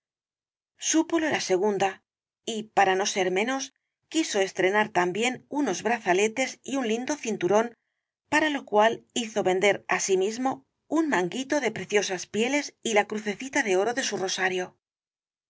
súpolo la segunda y para no ser menos quiso estrenar también unos brazaletes y un lindo cinturón para lo cual hizo vender asimismo un manguito de preciosas pieles y la crucecita de oro de su rosario